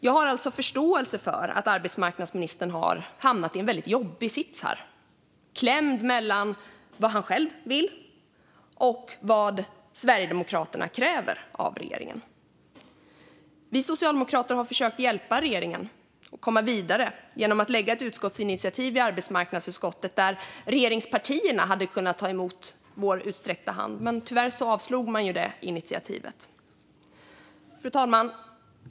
Jag har alltså förståelse för att arbetsmarknadsministern har hamnat i en väldigt jobbig sits, klämd mellan vad han själv vill och vad Sverigedemokraterna kräver av regeringen. Vi socialdemokrater har försökt hjälpa regeringen att komma vidare genom att föreslå ett utskottsinitiativ i arbetsmarknadsutskottet. Där hade regeringspartierna kunnat ta vår utsträckta hand, men tyvärr avslog man initiativet. Fru talman!